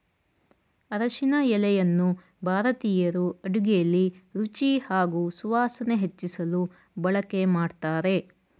ಅರಿಶಿನ ಎಲೆಯನ್ನು ಭಾರತೀಯರು ಅಡುಗೆಲಿ ರುಚಿ ಹಾಗೂ ಸುವಾಸನೆ ಹೆಚ್ಚಿಸಲು ಬಳಕೆ ಮಾಡ್ತಾರೆ